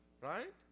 Right